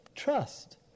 trust